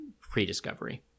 pre-discovery